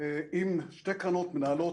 אם שתי קרנות מנהלות,